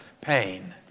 pain